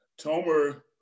Tomer